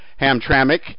Hamtramck